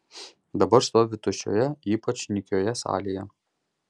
dabar stovi tuščioje ypač nykioje salėje